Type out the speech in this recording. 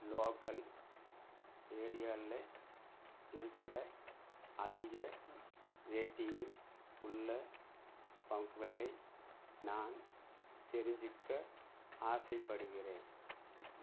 local ஏரியாவில் இருக்கிற அதிக ரேட்டிங் உள்ள பம்ப்களை நான் தெரிஞ்சுக்க ஆசைப்படுகிறேன்